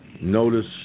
Notice